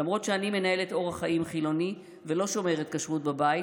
למרות שאני מנהלת אורח חיים חילוני ולא שומרת כשרות בבית,